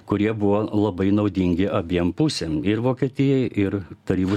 kurie buvo labai naudingi abiem pusėm ir vokietijai ir tarybų